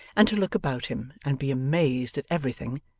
and to look about him and be amazed at everything,